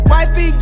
Wifey